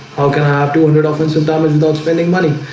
how can i have two hundred offensive damage without spending money?